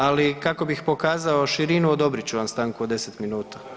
Ali kako bih pokazao širinu, odobrit ću vam stanku od 10 minuta.